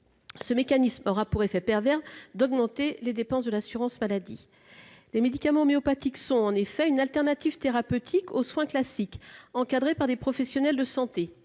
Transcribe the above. Cela aura pour effet pervers d'augmenter les dépenses de l'assurance maladie. Les médicaments homéopathiques sont une alternative thérapeutique aux soins classiques, encadrée par des professionnels de santé.